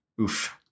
Oof